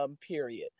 period